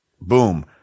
boom